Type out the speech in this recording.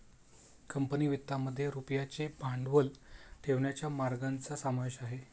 company वित्तामध्ये रुपयाचे भांडवल ठेवण्याच्या मार्गांचा समावेश आहे